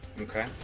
okay